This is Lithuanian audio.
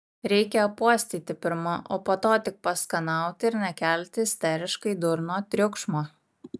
reikia apuostyti pirma o po to tik paskanauti ir nekelti isteriškai durno triukšmo